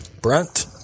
Brent